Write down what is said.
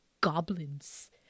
goblins